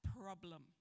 problem